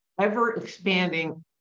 ever-expanding